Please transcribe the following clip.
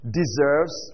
deserves